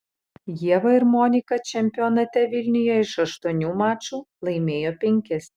ieva ir monika čempionate vilniuje iš aštuonių mačų laimėjo penkis